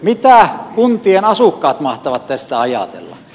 mitä kuntien asukkaat mahtavat tästä ajatella